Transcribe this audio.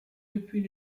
depuis